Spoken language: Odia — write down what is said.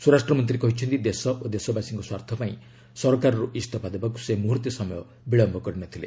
ସ୍ୱରାଷ୍ଟ୍ରମନ୍ତ୍ରୀ କହିଛନ୍ତି ଦେଶ ଓ ଦେଶବାସୀଙ୍କ ସ୍ୱାର୍ଥ ପାଇଁ ସରକାରରୁ ଇସ୍ତଫା ଦେବାକୁ ସେ ମୁହର୍ତ୍ତେ ସମୟ ବିଳମ୍ବ କରିନଥିଲେ